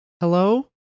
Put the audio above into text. Hello